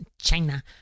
China